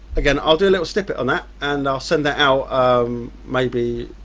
again, i'll do a little snippet on that and i'll send that out um maybe